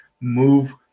move